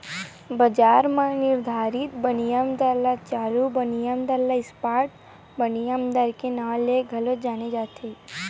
बजार म निरधारित बिनिमय दर ल चालू बिनिमय दर, स्पॉट बिनिमय दर के नांव ले घलो जाने जाथे